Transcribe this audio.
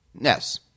Yes